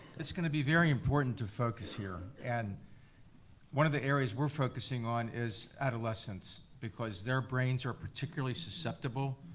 it's gonna be very important to focus here. and one of the areas we're focusing on is adolescents because their brains are particularly susceptible.